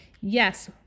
yes